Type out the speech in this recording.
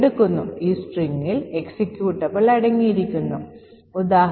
ഇപ്പോൾ ഇവിടെ സംഭവിക്കുന്നത് 32 ന്റെ ഈ മൂല്യം സ്റ്റാക്കിൽ നിറഞ്ഞിരിക്കുന്നു എന്നതാണ്